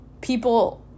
people